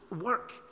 work